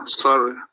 sorry